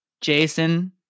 Jason